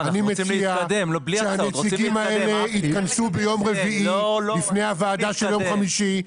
אני מציע שהנציגים האלה יתכנסו ביום רביעי לפני הוועדה של יום חמישי,